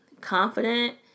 confident